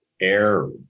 air